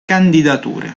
candidature